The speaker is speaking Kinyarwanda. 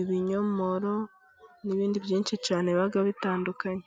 ibinyomoro n'ibindi byinshi cyane biba bitandukanye.